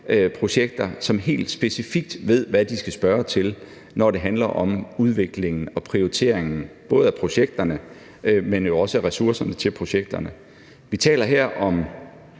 projekter, og som helt specifikt ved, hvad de skal spørge til, når det handler om udviklingen og prioriteringen både af projekterne, men jo også af ressourcerne til projekterne. Vi taler her om